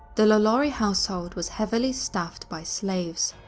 the lalaurie household was heavily staffed by slaves.